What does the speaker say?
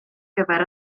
gyfer